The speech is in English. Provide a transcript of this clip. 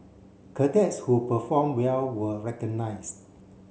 cadets who perform well were recognised